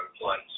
place